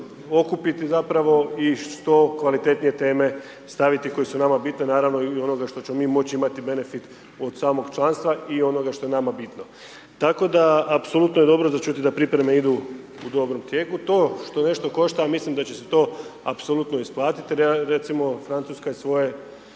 okupiti zapravo i što kvalitetnije teme staviti koje su nama bitne, naravno i onoga što ćemo mi moći imati benefit od samog članstva i onoga što je nama bitno. Tako da apsolutno je dobro za čuti da pripreme u dobrom tijeku, to što nešto košta a mislim da će se to apsolutno isplatiti, recimo Francuska svoje